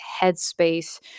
headspace